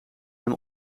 hem